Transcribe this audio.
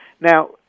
Now